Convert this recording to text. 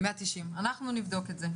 אנחנו נבדוק את זה.